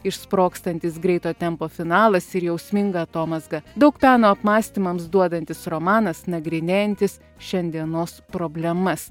išsprogstantis greito tempo finalas ir jausminga atomazga daug peno apmąstymams duodantis romanas nagrinėjantis šiandienos problemas